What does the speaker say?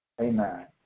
Amen